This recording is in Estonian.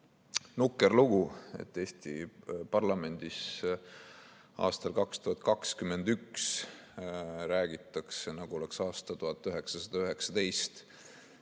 nukker lugu, et Eesti parlamendis aastal 2021 räägitakse, nagu oleks aasta 1919.